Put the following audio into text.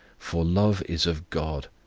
for love is of god,